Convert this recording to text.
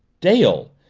dale!